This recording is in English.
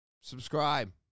subscribe